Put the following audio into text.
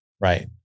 Right